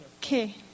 okay